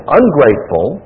ungrateful